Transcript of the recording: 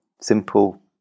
simple